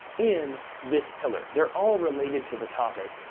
in this pillar. they're all related to the topic,